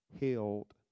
held